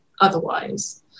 otherwise